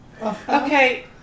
okay